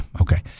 Okay